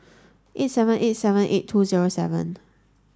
eight seven eight seven eight two zero seven